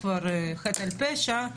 להכיר בבעיה,